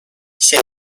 现今